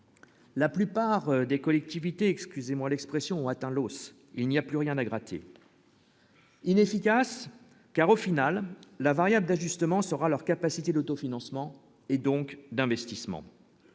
la plupart des collectivités, excusez-moi l'expression, atteint l'os, il n'y a plus rien à gratter. Inefficace car au final, la variable d'ajustement sera leur capacité d'autofinancement et donc d'investissement,